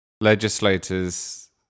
legislators